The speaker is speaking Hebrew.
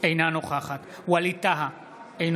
אינה נוכחת ווליד טאהא,